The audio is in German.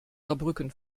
saarbrücken